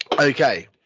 Okay